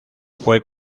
fue